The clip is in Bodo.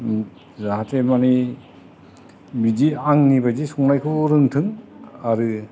जाहाथे माने बिदि आंनि बायदि संनायखौ रोंथों आरो